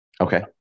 Okay